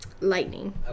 Lightning